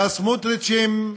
מהסמוטריצים,